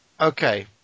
Okay